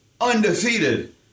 undefeated